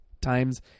times